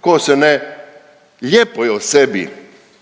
ko se ne? Lijepo je o sebi